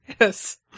Yes